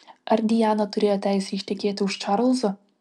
ar diana turėjo teisę ištekėti už čarlzo